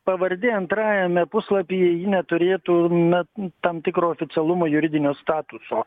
pavardė antrajame puslapyje ji neturėtų na tam tikro oficialumo juridinio statuso